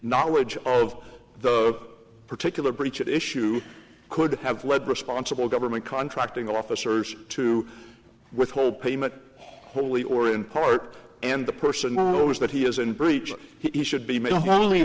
knowledge of the particular breach of issue could have led responsible government contracting officers to withhold payment wholly or in part and the person knows that he is in breach he should be made only